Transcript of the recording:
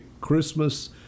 christmas